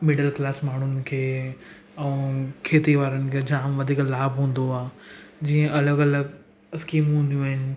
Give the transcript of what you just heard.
middle class माण्हुनि खे ऐं खेती वारनि खे जाम वधीक लाभ हूंदो आहे जीअं अलॻि अलॻि स्किमूं हूंदियूं आहिनि